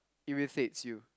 irritates you